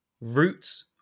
roots